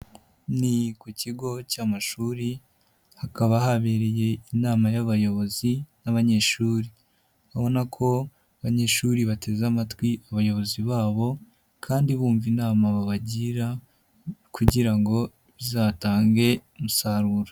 Ni ku kigo cy'amashuri, hakaba habereye inama y'abayobozi n'abanyeshuri. Urabona ko abanyeshuri bateze amatwi abayobozi babo kandi bumva inama babagira kugira ngo bizatange umusaruro.